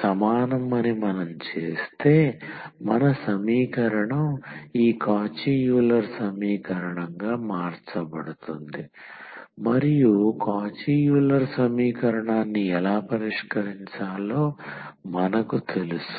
సమానమని మనం చేస్తే మన సమీకరణం ఈ కాచి యూలర్ సమీకరణంగా మార్చబడుతుంది మరియు కాచీ యూలర్ సమీకరణాన్ని ఎలా పరిష్కరించాలో మనకు తెలుసు